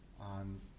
on